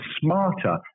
smarter